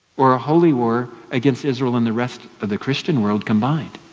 or a holy war against israel in the rest of the christian world combined.